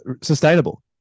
sustainable